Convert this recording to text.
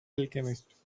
alchemist